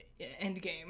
Endgame